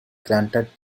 granted